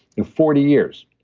in forty years,